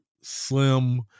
slim